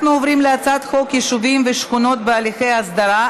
אנחנו עוברים להצעת חוק יישובים ושכונות בהליכי הסדרה,